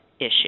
issue